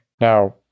Now